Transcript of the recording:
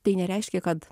tai nereiškia kad